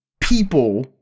people